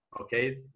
Okay